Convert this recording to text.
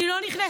אני לא נכנסת,